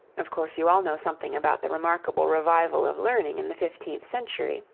of course you all know something about the remarkable revival of learning in the fifteenth century,